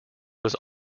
was